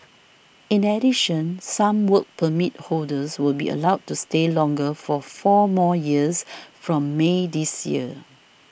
in addition some Work Permit holders will be allowed to stay longer for four more years from May this year